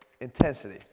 intensity